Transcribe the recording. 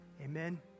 Amen